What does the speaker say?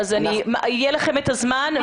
יהיה לכם את הזמן.